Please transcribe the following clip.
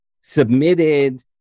submitted